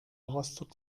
rostock